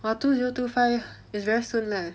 !wah! two zero two five it's very soon leh